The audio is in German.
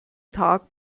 tag